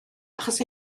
achos